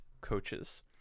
coaches